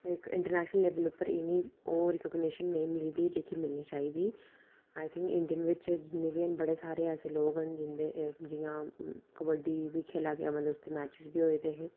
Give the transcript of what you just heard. international level पर इन्नी ओह् रिकोगनिशन नेईं मिली दी जेह्की मिलनी चाहिदी अज्ज तक इंडियन बिच जिन्ने बी हैन बड़े सारे ऐसे लोक न जिं'दे के जि'यां कबड्डी बी खेढा दे हे इंटरनैशल मैच बी होआ दे हे